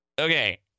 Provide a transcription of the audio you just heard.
Okay